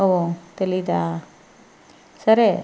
ఓ తెలీదా సరే